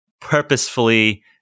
purposefully